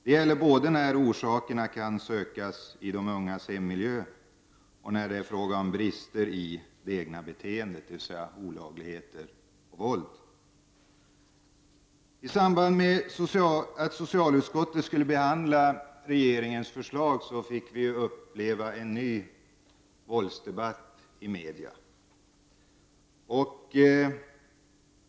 Det gäller både när orsakerna kan sökas i de ungas hemmiljö och när det är fråga om brister i det egna beteendet, dvs. olagligheter och våld. I samband med att socialutskottet skulle behandla regeringens förslag fick vi uppleva en ny våldsdebatt i media.